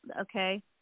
okay